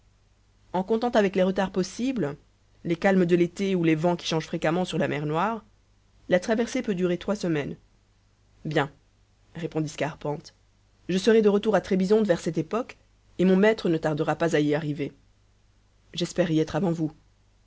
en comptant avec les retards possibles les calmes de l'été ou les vents qui changent fréquemment sur la mer noire la traversée peut durer trois semaines bien répondit scarpante je serai de retour à trébizonde vers cette époque et mon maître ne tardera pas à y arriver j'espère y être avant vous